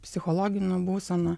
psichologinę būseną